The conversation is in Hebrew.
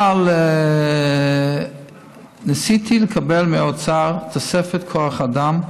אבל ניסיתי לקבל מהאוצר תוספת כוח אדם,